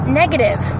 negative